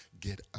get